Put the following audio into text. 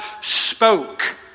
spoke